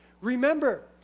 Remember